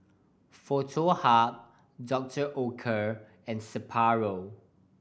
Foto Hub Dr Oetker and Sapporo